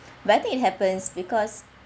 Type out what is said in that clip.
whether it happens because